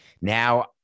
Now